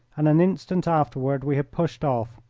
and an instant afterward we had pushed off.